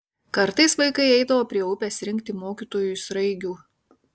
kartais vaikai eidavo prie upės rinkti mokytojui sraigių